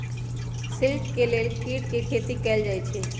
silk के लेल कीट के खेती कएल जाई छई